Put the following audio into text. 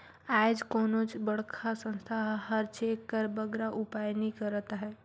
आएज कोनोच बड़खा संस्था हर चेक कर बगरा उपयोग नी करत अहे